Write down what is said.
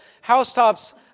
housetops